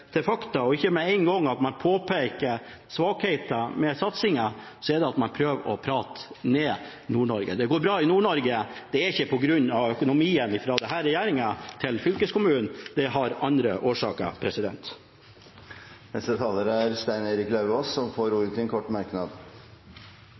til fakta og ikke – med en gang man påpeker svakheter ved satsingen – si at man prater ned Nord-Norge. Det går bra i Nord-Norge, og det er ikke på grunn av økonomien fra denne regjeringen til fylkeskommunene, det har andre årsaker. Representanten Stein Erik Lauvås har hatt ordet to ganger tidligere og får